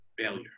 failure